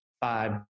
five